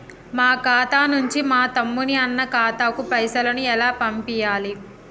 మా ఖాతా నుంచి మా తమ్ముని, అన్న ఖాతాకు పైసలను ఎలా పంపియ్యాలి?